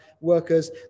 workers